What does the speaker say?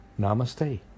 Namaste